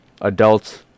Adults